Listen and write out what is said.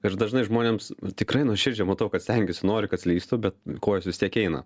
ir dažnai žmonėms tikrai nuoširdžiai matau kad stengiasi nori kad slystų bet kojos vis tiek eina